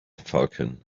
falcon